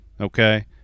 Okay